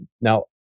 Now